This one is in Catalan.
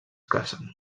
casen